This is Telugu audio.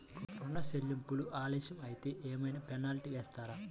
ఋణ చెల్లింపులు ఆలస్యం అయితే ఏమైన పెనాల్టీ వేస్తారా?